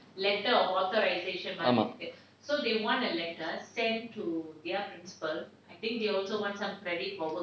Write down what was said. ஆமாம்:aamaam